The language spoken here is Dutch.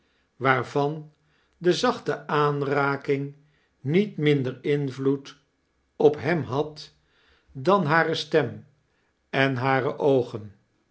waarvan de zachte aanraking niet minder invloed op hem had dan hare stem en hare oogen